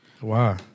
Wow